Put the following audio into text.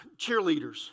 cheerleaders